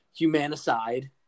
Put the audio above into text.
Humanicide